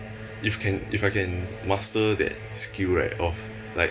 if can if I can master that skill right of like